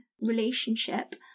relationship